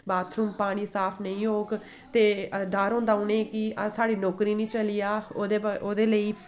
bathroom पानी साफ नेंई होग ते डर होंदा उनें गी कि साढ़ी नौकरी निं चली जा ओह्दे लेई